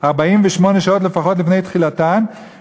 48 שעות לפחות לפני תחילתן,